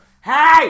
Hey